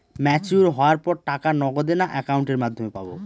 Mature হওয়ার পর টাকা নগদে না অ্যাকাউন্টের মাধ্যমে পাবো?